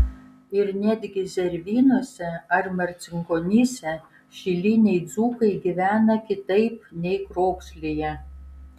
ir netgi zervynose ar marcinkonyse šiliniai dzūkai gyvena kitaip nei krokšlyje